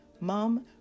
Mom